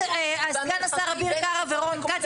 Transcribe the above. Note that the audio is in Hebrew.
סגן השר אביר קארה ורון כץ,